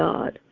God